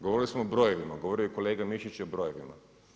Govorili smo o brojevima, govorio je i kolega Mišić i o brojevima.